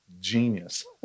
genius